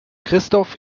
christoph